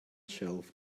shelf